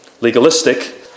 legalistic